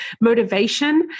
motivation